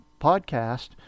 podcast